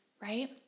right